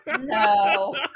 No